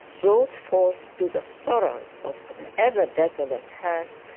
brought forth to the sorrows of an ever desolate hearth,